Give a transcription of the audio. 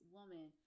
woman